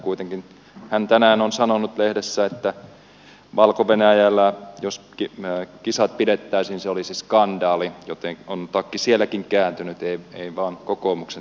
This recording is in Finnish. kuitenkin hän tänään on sanonut lehdessä että jos valko venäjällä kisat pidettäisiin se olisi skandaali joten on takki sielläkin kääntynyt ei vain kokoomukseen leirissä